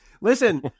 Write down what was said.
Listen